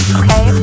okay